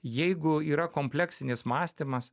jeigu yra kompleksinis mąstymas